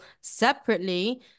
separately